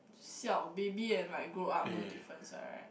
siao baby and like grow up no difference ah right